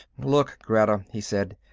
look, greta, he said,